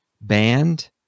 band